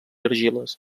argiles